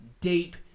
deep